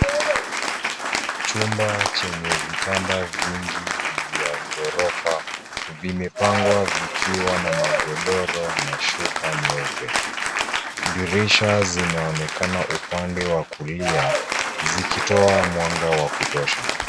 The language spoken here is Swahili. Chumba chenye vitanda vingi vya ghorofa vimepangwa vikiwa na magodoro na shuka nyeupe, dirisha zinaonekana upande wa kulia zikitoa mwanga wa kutosha.